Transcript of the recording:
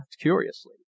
curiously